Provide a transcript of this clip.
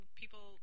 people